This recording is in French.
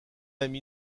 amie